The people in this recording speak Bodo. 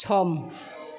सम